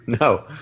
No